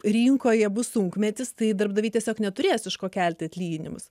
rinkoje bus sunkmetis tai darbdaviai tiesiog neturės iš ko kelti atlyginimus